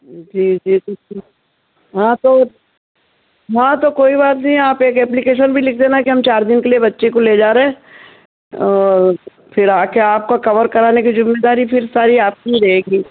जी जी हाँ तो हाँ तो कोई बात नहीं आप एक एप्लीकेशन भी लिख देना कि हम चार दिन के लिए बच्ची को ले जा रहे हैं फिर आकर आपका कवर करने की ज़िम्मेदारी फिर सारी आपकी ही रहेगी